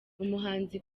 umuhanzi